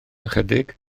ychydig